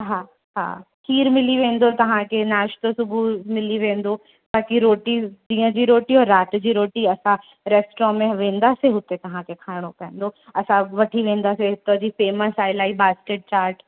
हा हा खीर मिली वेंदो तव्हांखे नाश्तो सुबुहु मिली वेंदो बाक़ी रोटी ॾींहं जी रोटी औरि रात जी रोटी असां रेस्ट्रॉ में वेंदासीं हुते तव्हांखे खाइणो पवंदो असां वठी वेंदासीं हितां जी फेमस आहे इलाही बास्केट चाट